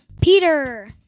peter